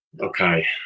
Okay